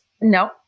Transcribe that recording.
No